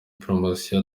poromosiyo